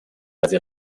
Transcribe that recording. ради